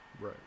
right